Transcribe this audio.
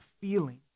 feeling